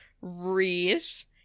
Reese –